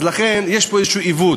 אז לכן, יש פה איזה עיוות.